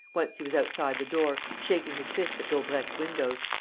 once he was outside the door, shaking his fist at daubrecq's windows.